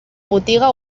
botiga